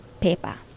paper